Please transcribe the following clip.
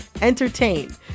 entertain